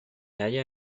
halla